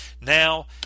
Now